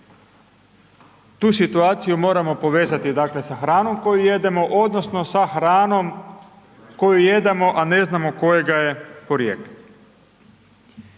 tu situaciju moramo povezati sa hranom koju jedemo, odnosno, sa hranom koju jedemo, a ne znamo kojega je porijekla.